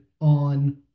on